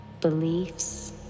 beliefs